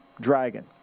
Dragon